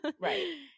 Right